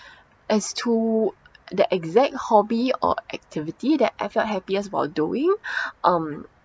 as to the exact hobby or activity that I felt happiest while doing um